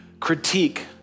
critique